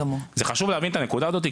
חשוב להבין את הנקודה הזאת,